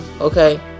okay